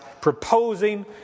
proposing